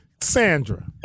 Sandra